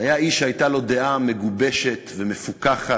הוא היה איש שהייתה לו דעה מגובשת ומפוכחת